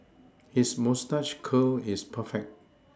his moustache curl is perfect